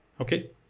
okay